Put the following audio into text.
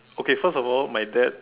okay first of all my dad